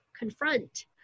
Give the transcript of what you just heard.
confront